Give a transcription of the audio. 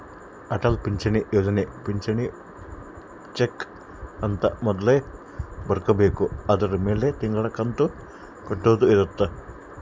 ಅಟಲ್ ಪಿಂಚಣಿ ಯೋಜನೆ ಪಿಂಚಣಿ ಬೆಕ್ ಅಂತ ಮೊದ್ಲೇ ಬರ್ಕೊಬೇಕು ಅದುರ್ ಮೆಲೆ ತಿಂಗಳ ಕಂತು ಕಟ್ಟೊದ ಇರುತ್ತ